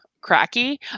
cracky